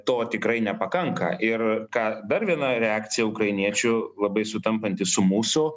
to tikrai nepakanka ir ką dar viena reakcija ukrainiečių labai sutampanti su mūsų